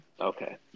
Okay